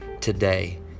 today